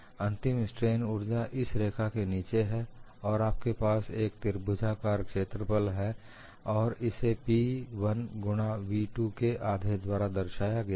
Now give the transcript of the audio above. अंतिम स्ट्रेन ऊर्जा इस रेखा के नीचे है और आपके पास एक त्रिभुजाकार क्षेत्रफल है और इसे P1 गुणा v2 के आधे द्वारा दर्शाया गया है